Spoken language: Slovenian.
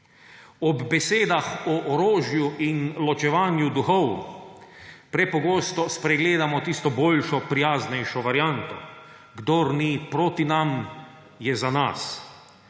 Ob besedah o orožju in ločevanju duhov prepogosto spregledamo tisto boljšo, prijaznejšo varianto: kdor ni proti nam, je za nas.